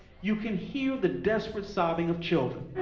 you can hear the desperate sobbing of children.